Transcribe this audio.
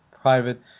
private